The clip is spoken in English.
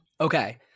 Okay